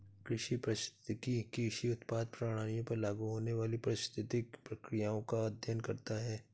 कृषि पारिस्थितिकी कृषि उत्पादन प्रणालियों पर लागू होने वाली पारिस्थितिक प्रक्रियाओं का अध्ययन करता है